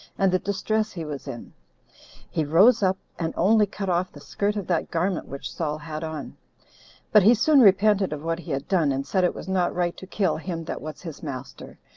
and the distress he was in he rose up, and only cut off the skirt of that garment which saul had on but he soon repented of what he had done and said it was not right to kill him that was his master,